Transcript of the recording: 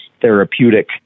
therapeutic